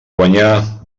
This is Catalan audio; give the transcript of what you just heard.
guanyar